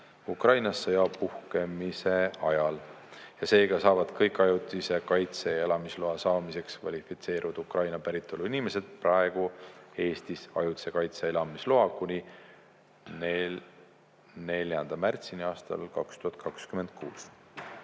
Ukrainas sõja puhkemise ajal. Seega saavad kõik ajutise kaitse ja elamisloa saamiseks kvalifitseerunud Ukraina päritolu inimesed praegu Eestis ajutise kaitse elamisloa kuni 4. märtsini aastal 2026.